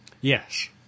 Yes